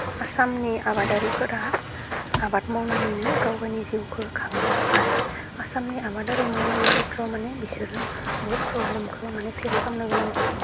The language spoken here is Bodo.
आसामनि आबादारिफोरा आबाद मावनानैनो गाव गावनि जिउखौ खाङो आरो आसामनि आबादारि मावनायनि खेथ्र'वाव माने बिसोरो बुहुत प्रब्लेमखौ माने फेस खालामनो गोनां जायो